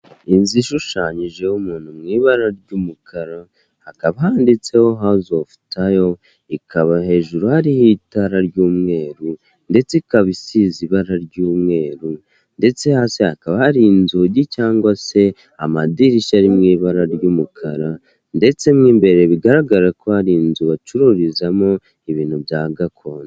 Inzu ishushanyijeho umuntu mu ibara ry'umukara, hakaba handitseho hawuze ovu tayo ikaba hejuru hariho itara ry'umweru ndetse ikaba isiza ibara ry'umweru ndetse hakaba hari inzugi cyangwa se amadirishya ari mu ibara ry'umukara ndetse n'imbere bigaragara ko hari inzu bacururizamo ibintu bya gakondo.